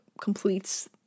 completes